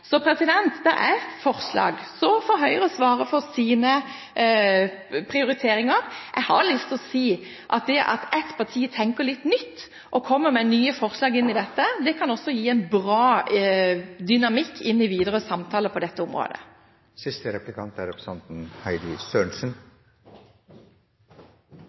så får Høyre svare for sine prioriteringer. Det at ett parti tenker litt nytt og kommer med nye forslag inn i dette, kan også gi en bra dynamikk inn i videre samtaler på dette området. La meg først si at jeg ikke er